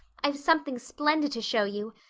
i've something splendid to show you.